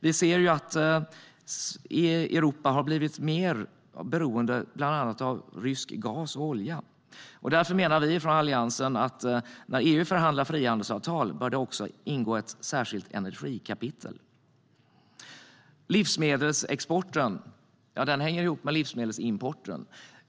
Vi ser ju att Europa har blivit mer beroende av bland annat rysk gas och olja. Därför menar vi i Alliansen att när EU förhandlar frihandelsavtal bör det ingå ett särskilt energikapitel. Livsmedelsexporten hänger ihop med livsmedelsimporten.